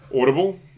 Audible